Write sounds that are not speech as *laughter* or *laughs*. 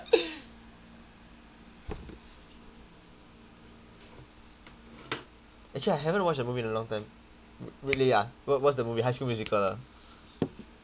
*laughs* actually I haven't watched a movie in a long time really ah what what's the movie high school musical ah